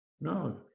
no